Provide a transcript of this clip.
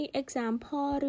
example